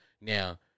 now